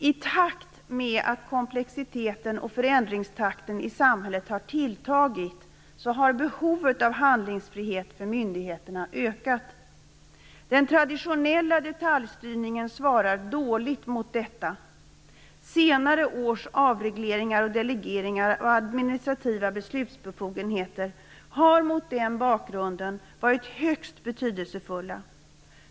I takt med att komplexiteten och förändringstakten i samhället har tilltagit så har behovet av handlingsfrihet för myndigheterna ökat. Den traditionella detaljstyrningen svarar dåligt mot detta. Senare års avregleringar och delegeringar av administrativa beslutsbefogenheter har mot den bakgrunden varit högst betydelsefulla.